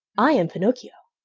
i am pinocchio.